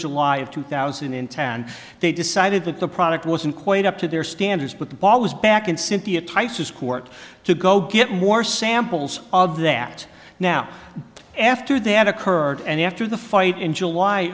july of two thousand and ten they decided that the product wasn't quite up to their standards but the ball was back in cynthia tyson's court to go get more samples of that now after they had occurred and after the fight in july